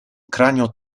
cranio